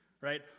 right